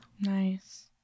Nice